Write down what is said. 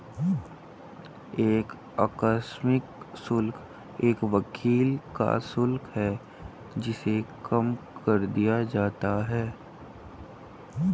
एक आकस्मिक शुल्क एक वकील का शुल्क है जिसे कम कर दिया जाता है